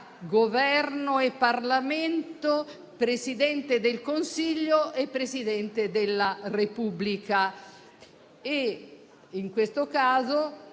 Governo e Parlamento, Presidente del Consiglio e Presidente della Repubblica.